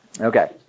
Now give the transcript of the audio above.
Okay